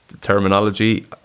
terminology